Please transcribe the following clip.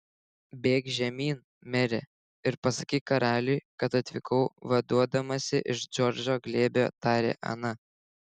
bėk žemyn mere ir pasakyk karaliui kad atvykau vaduodamasi iš džordžo glėbio tarė ana